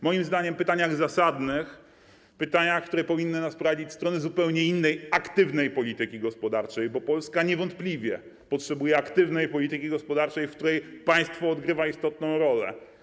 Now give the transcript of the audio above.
Moim zdaniem pytania zasadne, pytania, które powinny nas prowadzić w stronę zupełnie innej aktywnej polityki gospodarczej, bo Polska niewątpliwie potrzebuje aktywnej polityki gospodarczej, w której państwo odgrywa istotną rolę.